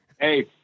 Hey